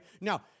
Now